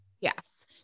Yes